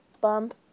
bump